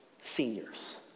seniors